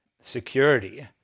security